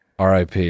RIP